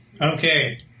Okay